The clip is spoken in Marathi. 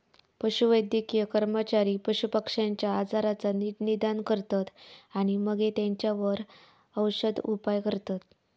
पशुवैद्यकीय कर्मचारी पशुपक्ष्यांच्या आजाराचा नीट निदान करतत आणि मगे तेंच्यावर औषदउपाय करतत